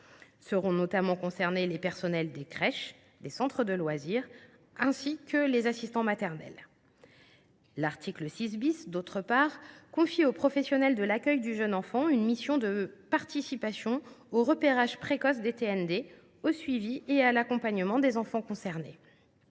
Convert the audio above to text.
Seront notamment concernés les personnels des crèches et des centres de loisirs, ainsi que les assistants maternels. L’article 6 , d’autre part, confie aux professionnels de l’accueil du jeune enfant une mission de participation au repérage précoce des TND, au suivi des enfants concernés